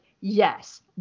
yes